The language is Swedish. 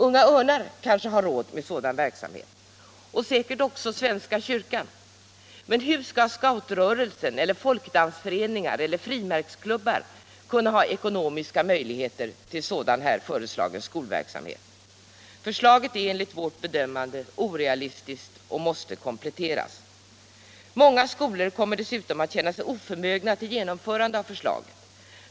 Unga 37 Örnar kanske har råd och säkert också svenska kyrkan, men hur skall scoutrörelsen eller folkdansföreningar eller frimärksklubbar kunna ha ekonomiska möjligheter till sådan föreslagen skolverksamhet? Förslaget är enligt vårt bedömande orealistiskt och måste kompletteras. Många skolor kommer dessutom att känna sig oförmögna till genomförande av förslaget.